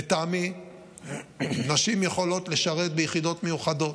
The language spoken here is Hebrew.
לטעמי נשים יכולות לשרת ביחידות מיוחדות.